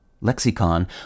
lexicon